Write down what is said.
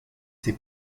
ses